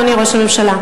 אדוני ראש הממשלה,